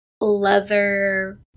leather